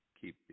keep